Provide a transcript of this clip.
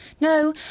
No